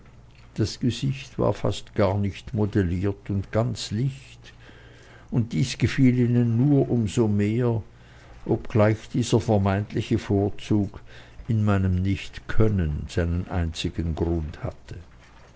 das gesicht war fast gar nicht modelliert und ganz licht und dies gefiel ihnen nur um so mehr obgleich dieser vermeintliche vorzug in meinem nichtkönnen seinen einzigen grund hatte